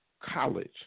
college